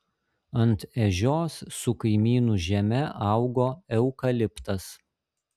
ant ežios su kaimynų žeme augo eukaliptas